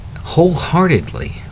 wholeheartedly